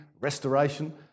restoration